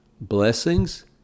Blessings